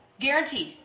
Guaranteed